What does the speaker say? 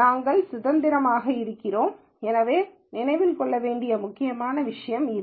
நாங்கள் சுதந்திரமாக இருக்கிறோம் எனவே நினைவில் கொள்ள வேண்டிய முக்கியமான விஷயம் இது